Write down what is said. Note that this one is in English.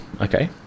okay